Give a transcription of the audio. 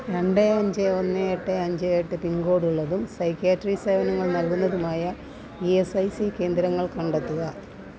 രണ്ട് അഞ്ച് ഒന്ന് എട്ട് അഞ്ച് എട്ട് പിൻകോഡ് ഉള്ളതും സൈക്യാട്രി സേവനങ്ങൾ നൽകുന്നതുമായ ഈ എസ് ഐ സി കേന്ദ്രങ്ങൾ കണ്ടെത്തുക